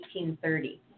1830